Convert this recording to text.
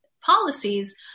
policies